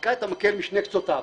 מחזיקה את המקל משני קצותיו.